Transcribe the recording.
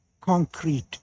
concrete